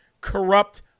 corrupt